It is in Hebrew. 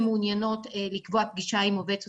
מעוניינות לקבוע פגישה עם עובדת סוציאלית,